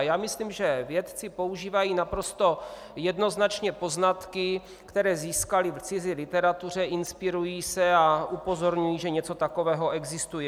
Já myslím, že vědci používají naprosto jednoznačně poznatky, které získali v cizí literatuře, inspirují se a upozorňují, že něco takového existuje.